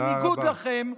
בניגוד לכם,